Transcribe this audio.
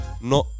no